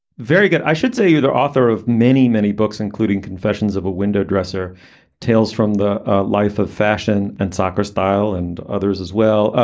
very good. i should say you the author of many, many books, including confessions of a window dresser tales from the life of fashion and soccer style and others as well.